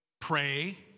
Pray